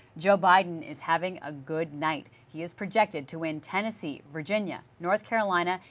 joe biden is having a good night. he is predicted to win tennessee, virginia, north carolina,